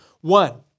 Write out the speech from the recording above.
One